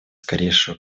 скорейшего